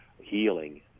healing